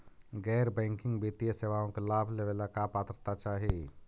गैर बैंकिंग वित्तीय सेवाओं के लाभ लेवेला का पात्रता चाही?